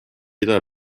ida